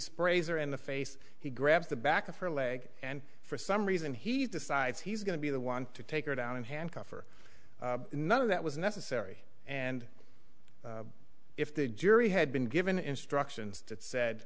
sprays or in the face he grabs the back of her leg and for some reason he decides he's going to be the one to take her down in handcuffs or none of that was necessary and if the jury had been given instructions that said